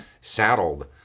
saddled